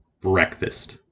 breakfast